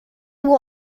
were